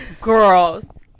girls